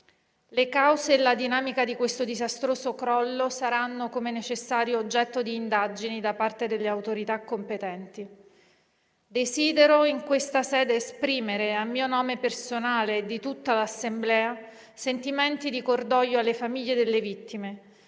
Le cause e la dinamica di questo disastroso crollo saranno - come è necessario - oggetto di indagini da parte delle autorità competenti. Desidero, in questa sede, esprimere a mio nome personale e di tutta l'Assemblea sentimenti di cordoglio alle famiglie delle vittime,